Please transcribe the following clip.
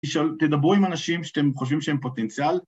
תדברו עם אנשים שאתם חושבים שהם פוטנציאל.